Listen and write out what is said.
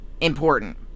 important